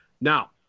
now